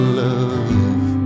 love